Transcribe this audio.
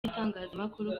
n’itangazamakuru